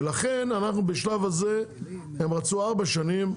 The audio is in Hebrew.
ולכן אנחנו בשלב הזה הם רצו ארבע שנים,